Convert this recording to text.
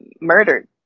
murdered